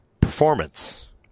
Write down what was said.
performance